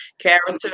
Character